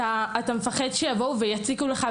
אתה מפחד שיציקו לך,